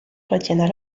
retiennent